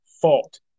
fault